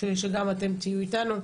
שגם אתם תהיו אתנו.